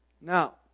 Now